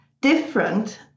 different